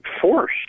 force